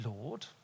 Lord